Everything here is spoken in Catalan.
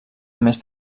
més